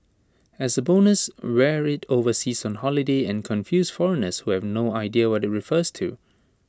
as A bonus wear IT overseas on holiday and confuse foreigners who have no idea what IT refers to